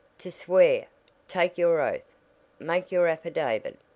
to swear take your oath make your affidavit,